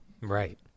Right